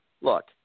look